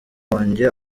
wanjye